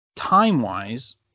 time-wise